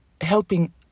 helping